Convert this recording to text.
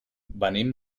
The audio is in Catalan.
venim